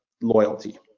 loyalty